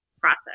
process